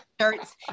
shirts